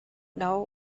know